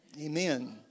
amen